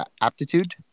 aptitude